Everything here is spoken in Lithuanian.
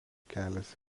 kelias